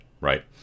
Right